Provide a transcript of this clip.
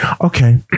Okay